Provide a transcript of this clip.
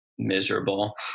Miserable